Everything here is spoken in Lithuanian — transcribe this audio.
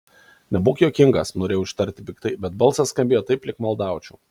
nebūk juokingas norėjau ištarti piktai bet balsas skambėjo taip lyg maldaučiau